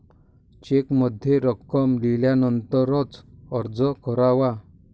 चेकमध्ये रक्कम लिहिल्यानंतरच अर्ज करावा